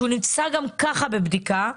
שנמצא בין כה וכה בבדיקה,